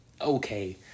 okay